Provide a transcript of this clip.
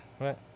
right